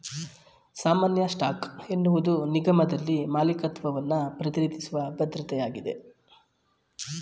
ಸಾಮಾನ್ಯ ಸ್ಟಾಕ್ ಎನ್ನುವುದು ನಿಗಮದಲ್ಲಿ ಮಾಲೀಕತ್ವವನ್ನ ಪ್ರತಿನಿಧಿಸುವ ಭದ್ರತೆಯಾಗಿದೆ